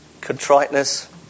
contriteness